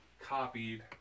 copied